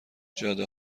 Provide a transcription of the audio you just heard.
جاده